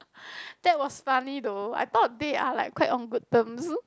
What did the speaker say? that was funny though I thought they are like quite on good terms